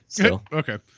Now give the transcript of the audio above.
okay